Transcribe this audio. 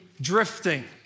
drifting